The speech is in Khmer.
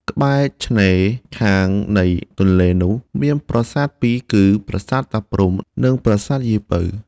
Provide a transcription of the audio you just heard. កែ្បរឆេ្នរខាងនៃទនេ្លនោះ មានប្រាសាទពីរ គឺប្រាសាទតាព្រហ្មនិង ប្រាសាទយាយពៅ។